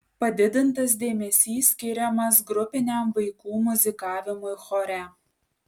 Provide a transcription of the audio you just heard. padidintas dėmesys skiriamas grupiniam vaikų muzikavimui chore